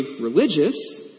religious